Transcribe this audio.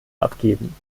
abgeben